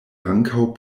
ankaŭ